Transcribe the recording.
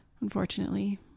unfortunately